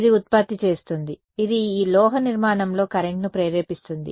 ఇది ఉత్పత్తి చేస్తుంది ఇది ఈ లోహ నిర్మాణంలో కరెంట్ను ప్రేరేపిస్తుంది